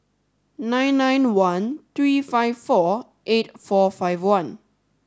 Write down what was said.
nine nine one three five four eight four five one